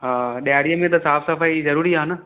हा ॾियारीअ में त साफ़ सफ़ाई ज़रूरी आहे न